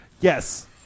Yes